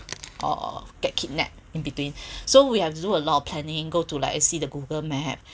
or get kidnapped in between so we have to do a lot of planning go to like see the google map